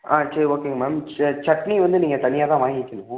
ஆ சரி ஓகேங்க மேம் ச சட்னி வந்து நீங்கள் தனியாக தான் வாங்கிக்கணும்